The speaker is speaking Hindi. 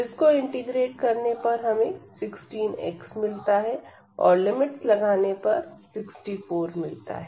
जिसको इंटीग्रेट करने पर हमें 16 x मिलता है और लिमिट लगाने पर 64 मिलता है